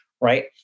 Right